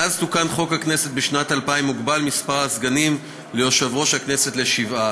מאז תוקן חוק הכנסת בשנת 2000 הוגבל מספר הסגנים ליושב-ראש הכנסת לשבעה.